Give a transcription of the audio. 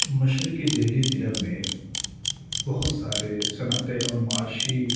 مشرقی دہلی ضلع میں بہت سارے صنعتیں اور معاشی